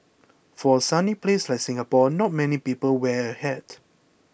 for a sunny place like Singapore not many people wear a hat